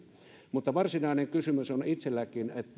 esillä varsinainen kysymys on itselläkin se